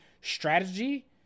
Strategy